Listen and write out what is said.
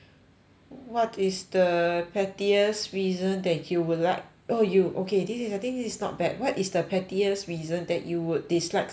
what is the pettiest reason that you would like oh you okay this is I think this is not bad [what] is the pettiest reason that you would dislike someone